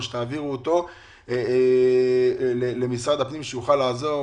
שתעבירו אותו למשרד הפנים כדי שהוא יוכל לעזור.